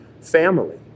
family